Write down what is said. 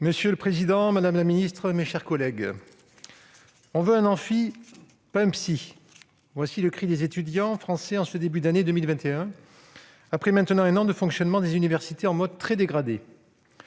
Monsieur le président, madame la ministre, mes chers collègues, « on veut un amphi, pas un psy !»: tel est le cri des étudiants français en ce début d'année 2021, après un an de fonctionnement des universités sur un mode très dégradé.